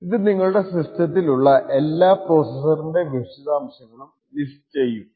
ഇത് നിങ്ങളുടെ സിസ്റ്റത്തിൽ ഉള്ള എല്ലാ പ്രോസെസ്സറിന്റെ വിശദാംശങ്ങളും ലിസ്റ്റ് ചെയ്യും